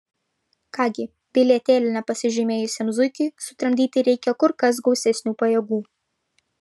ką gi bilietėlio nepasižymėjusiam zuikiui sutramdyti reikia kur kas gausesnių pajėgų